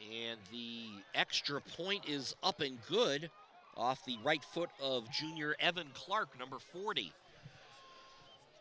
in the extra point is up and good off the right foot of junior evan clark number forty